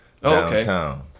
downtown